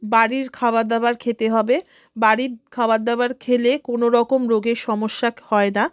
বাড়ির খাবার দাবার খেতে হবে বাড়ির খাবার দাবার খেলে কোনো রকম রোগের সমস্যা হয় না